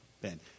Ben